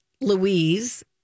Louise